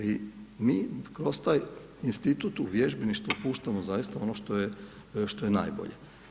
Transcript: I mi kroz taj institut u vježbeništvu puštamo zaista ono što je najbolje.